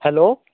hello